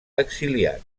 exiliat